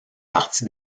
partie